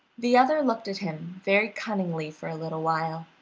the other looked at him very cunningly for a little while,